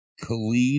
Khalid